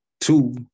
two